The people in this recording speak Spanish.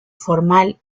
formal